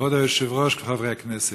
כבוד היושב-ראש וחברי הכנסת,